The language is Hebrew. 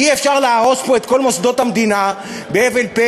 אי-אפשר להרוס פה את כל מוסדות המדינה בהבל פה,